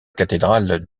cathédrale